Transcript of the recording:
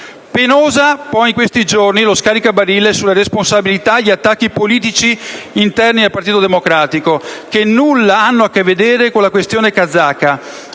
Penoso poi in questi giorni lo scaricabarile sulle responsabilità, gli attacchi politici interni al Partito Democratico, che nulla hanno a che vedere con la questione kazaka,